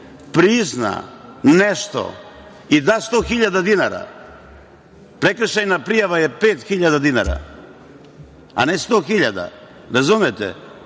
prizna nešto i da 100.000 dinara, prekršajna prijava je 5.000 dinara, a ne 100.000, razumete?